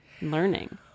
learning